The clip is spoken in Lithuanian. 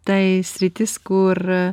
tai sritis kur